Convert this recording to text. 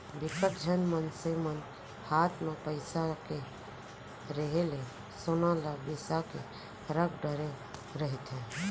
बिकट झन मनसे मन हात म पइसा के रेहे ले सोना ल बिसा के रख डरे रहिथे